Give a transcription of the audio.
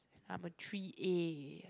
I'm a three-A